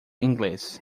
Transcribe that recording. inglês